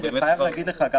אני מוכן שהניסוח